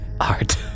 art